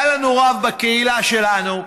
היה לנו רב בקהילה שלנו,